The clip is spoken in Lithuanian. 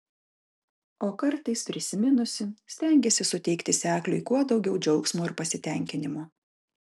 o kartais prisiminusi stengiasi suteikti sekliui kuo daugiau džiaugsmo ir pasitenkinimo